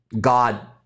God